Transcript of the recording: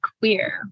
queer